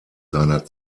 seiner